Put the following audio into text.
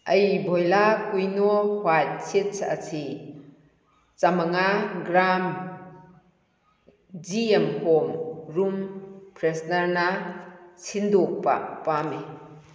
ꯑꯩ ꯚꯣꯏꯂꯥ ꯀꯨꯏꯅꯣ ꯋꯥꯏꯠ ꯁꯤꯠꯁ ꯑꯁꯤ ꯆꯃꯉꯥ ꯒ꯭ꯔꯥꯝ ꯖꯤꯑꯦꯝ ꯍꯣꯝ ꯔꯨꯝ ꯐ꯭ꯔꯦꯁꯅꯔꯅ ꯁꯤꯟꯗꯣꯛꯄ ꯄꯥꯝꯏ